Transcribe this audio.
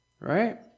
right